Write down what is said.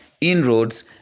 inroads